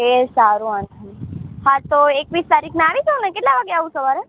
એ સારું વાંધો નહીં હા તો એકવીસ તારીખના આવી જાઉં ને કેટલા વાગે આવું સવારે